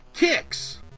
Kicks